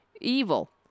evil